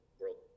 world